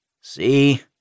See